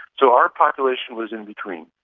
so our population was in between.